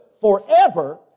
forever